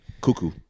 cuckoo